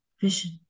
vision